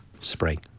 spring